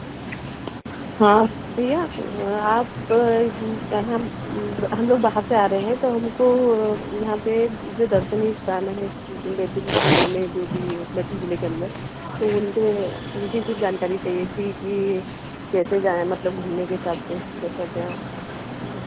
हाँ भैया क आप हम हम लोग बाहर से आ रहें हैं तो हमको यहाँ पर जो दर्शनीय स्थान हैं बैतूल जिले में जो भी बैतूल जिले के अंदर तो उनके उनकी कुछ जानकारी चाहिए थी कि कैसे जाएँ मतलब घूमने के हिसाब से कैसे क्या